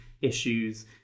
issues